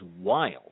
wild